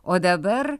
o dabar